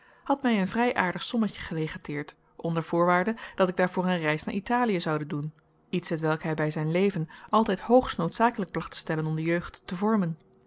had mij een vrij aardig sommetje gelegateerd onder voorwaarde dat ik daarvoor een reis naar italiën zoude doen iets hetwelk bij bij zijn leven altijd hoogstnoodzakelijk placht te stellen om de jeugd te vormen